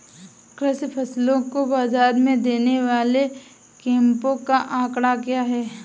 कृषि फसलों को बाज़ार में देने वाले कैंपों का आंकड़ा क्या है?